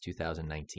2019